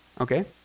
okay